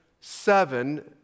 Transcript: seven